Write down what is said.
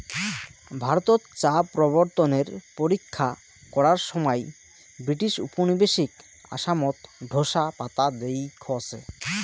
ভারতত চা প্রবর্তনের পরীক্ষা করার সমাই ব্রিটিশ উপনিবেশিক আসামত ঢোসা পাতা দেইখছে